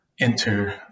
enter